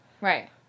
Right